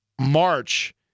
March